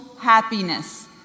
happiness